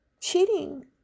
cheating